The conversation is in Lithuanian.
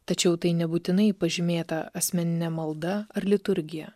tačiau tai nebūtinai pažymėta asmenine malda ar liturgija